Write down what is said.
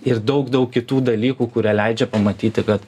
ir daug daug kitų dalykų kurie leidžia pamatyti kad